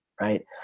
Right